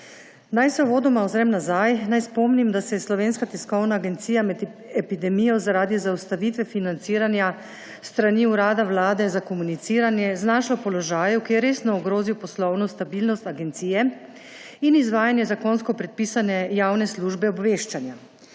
Naj se uvodoma ozrem nazaj, naj spomnim, da se je Slovenska tiskovna agencija med epidemijo zaradi zaustavitve financiranja s strani Urada vlade za komuniciranje znašla v položaju, ki je resno ogrozil poslovno stabilnost agencije in izvajanje zakonsko predpisane javne službe obveščanja.